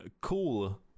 cool